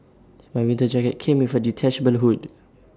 my winter jacket came with A detachable hood